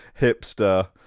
hipster